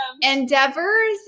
endeavors